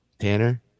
Tanner